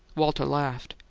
walter laughed.